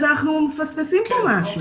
אז אנחנו מפספסים פה משהו.